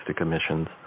emissions